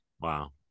Wow